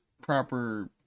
proper